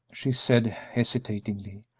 she said, hesitatingly,